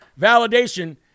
validation